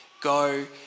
go